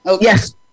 Yes